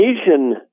Asian